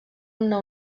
una